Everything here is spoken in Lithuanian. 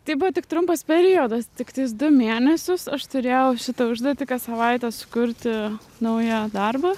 tai buvo tik trumpas periodas tiktais du mėnesius aš turėjau šitą užduotį kas savaitę sukurti naują darbą